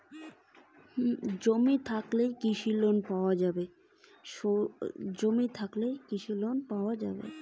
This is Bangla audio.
আমার স্বর্গীয় পিতার নামে জমি আছে আমি কি কৃষি লোন পাব?